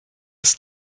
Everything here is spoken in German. des